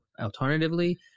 Alternatively